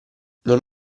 non